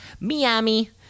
Miami